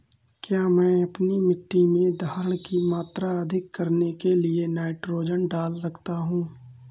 क्या मैं अपनी मिट्टी में धारण की मात्रा अधिक करने के लिए नाइट्रोजन डाल सकता हूँ?